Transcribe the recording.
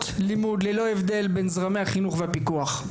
לימוד ללא הבדל בין זרמי החינוך והפיקוח,